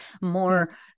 more